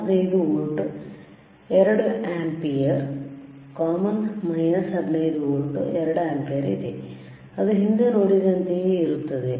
15 volt 2 ಆಂಪಿಯರ್ಕೊಮನ್ 15 volt 2 ampere ಇದೆ ಅದು ಹಿಂದೆ ನೋಡಿದ್ದಂತೆಯೇ ಇರುತ್ತದೆ